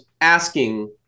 asking